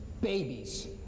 babies